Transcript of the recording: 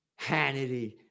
Hannity